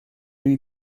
lui